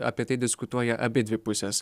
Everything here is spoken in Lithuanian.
apie tai diskutuoja abidvi pusės